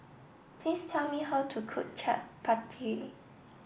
please tell me how to cook Chaat Papri